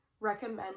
recommend